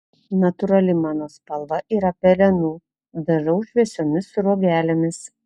natūrali mano spalva yra pelenų dažau šviesiomis sruogelėmis